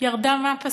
ירדה מהפסים?